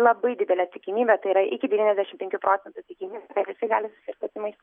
labai didelė tikimybė tai yra iki devyniasdešim penkių procentų tikimybė kad jisai gali susirgti tymais